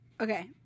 Okay